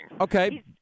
Okay